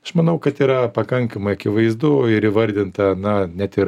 aš manau kad yra pakankamai akivaizdu ir įvardinta na net ir